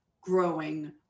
growing